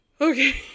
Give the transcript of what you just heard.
Okay